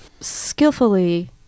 skillfully